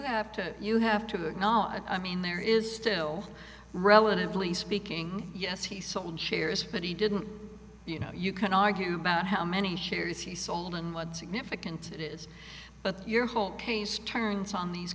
have to you have to acknowledge i mean there is still relatively speaking yes he sold shares but he didn't you know you can argue about how many shares he sold and what significant it is but your whole case turns on these